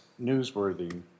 newsworthy